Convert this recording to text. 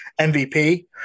MVP